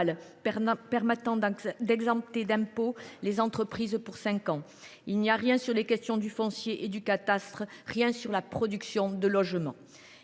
permettant d’exempter d’impôts les entreprises durant cinq ans ; rien sur les questions du foncier et du cadastre ; rien sur la production de logements.